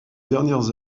dernières